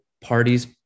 parties